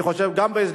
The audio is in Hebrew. אני חושב גם,